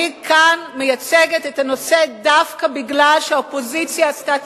אני כאן מייצגת את הנושא דווקא בגלל שהאופוזיציה עשתה